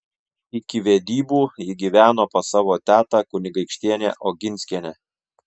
iki vedybų ji gyveno pas savo tetą kunigaikštienę oginskienę